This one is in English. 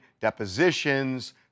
depositions